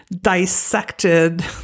dissected